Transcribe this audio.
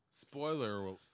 Spoiler